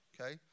Okay